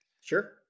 Sure